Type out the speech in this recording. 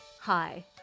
Hi